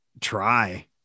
try